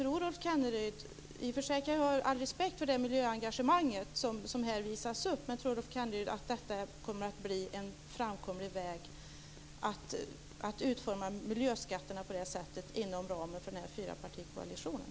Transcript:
I och för sig kan jag ha all respekt för det miljöengagemang som visas upp, men tror Rolf Kenneryd att det kommer att bli en framkomlig väg att utforma miljöskatterna på det sättet inom ramen för den här fyrpartikoalitionen?